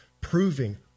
proving